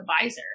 advisor